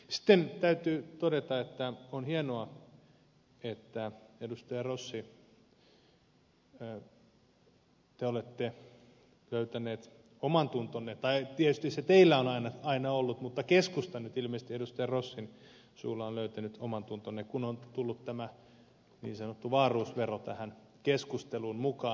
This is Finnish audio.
sitten täytyy todeta että on hienoa että te edustaja rossi olette löytänyt omantuntonne tai tietysti se teillä on aina ollut mutta keskusta nyt ilmeisesti edustaja rossin suulla on löytänyt omantuntonsa kun on tullut tämä niin sanottu wahlroos vero tähän keskusteluun mukaan